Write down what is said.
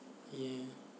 yes